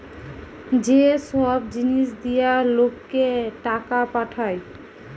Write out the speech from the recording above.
যে সব জিনিস দিয়া লোককে টাকা পাঠায়